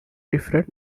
different